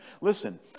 Listen